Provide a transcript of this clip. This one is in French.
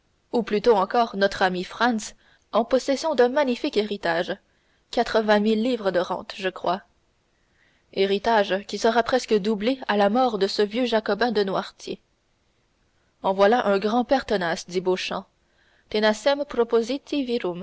ou plutôt encore notre ami franz en possession d'un magnifique héritage quatre-vingt mille livres de rente je crois héritage qui sera presque doublé à la mort de ce vieux jacobin de noirtier en voilà un grand-père tenace dit